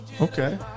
Okay